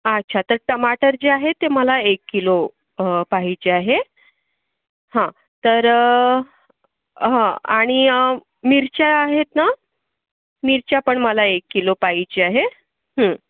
अच्छा तर टमाटर जे आहे ते मला एक किलो पाहिजे आहे हा तर हं आणि मिरच्या आहेत ना मिरच्या पण मला एक किलो पाहिजे आहे